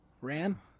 Ran